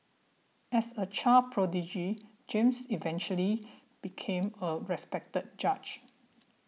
as a child prodigy James eventually became a respected judge